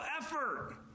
effort